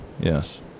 Yes